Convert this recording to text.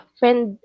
friend